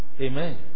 Amen